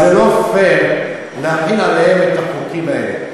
זה לא פייר להחיל עליהם את החוקים האלה.